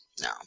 No